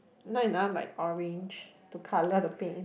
not enough like orange to colour the paint